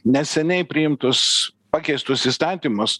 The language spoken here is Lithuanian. neseniai priimtus pakeistus įstatymus